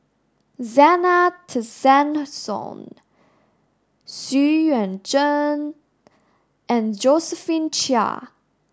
Zena Tessensohn Xu Yuan Zhen and Josephine Chia